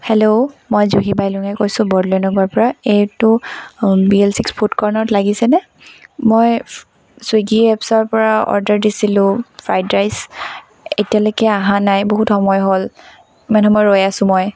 hello মই জুহী বাইলুঙে কৈছোঁ বৰদলৈ নগৰৰ পৰা এইটো বি এল ছিক্স ফুড কৰ্ণাৰত লাগিছেনে মই ছুইগী এপছৰ পৰা অৰ্ডাৰ দিছিলোঁ ফ্ৰাইড ৰাইচ এতিয়ালৈকে অহা নাই বহুত সময় হ'ল ইমান সময় ৰৈ আছোঁ মই